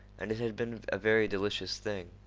and it had been a very delicious thing.